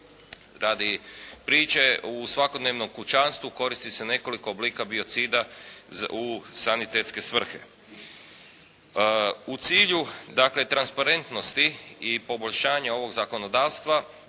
Radi priče u svakodnevnom kućanstvu koristi se nekoliko oblika biocida u sanitetske svrhe. U cilju dakle transparentnosti i poboljšanja ovog zakonodavstva